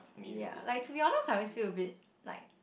ya like to be honest I always feel a bit like